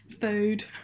food